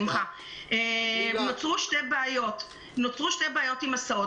יש בעיות עם הסעות.